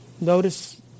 Notice